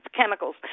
chemicals